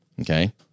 Okay